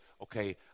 okay